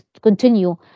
continue